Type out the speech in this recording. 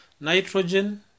nitrogen